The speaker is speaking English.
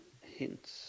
hints